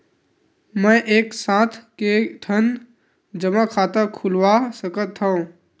मैं एक साथ के ठन जमा खाता खुलवाय सकथव?